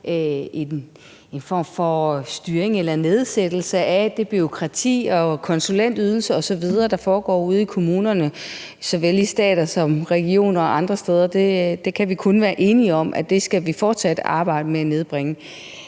en form for styring eller nedsættelse af det bureaukrati med konsulentydelser osv., der foregår ude i kommunerne såvel som i staten og i regionerne og andre steder. Det kan vi kun være enige om at vi fortsat skal arbejde på at nedbringe.